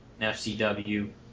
FCW